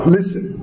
Listen